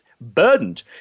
burdened